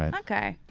and okay.